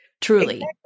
Truly